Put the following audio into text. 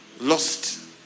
lost